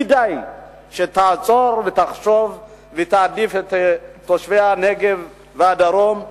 כדאי שתעצור ותחשוב ותעדיף את תושבי הנגב והדרום,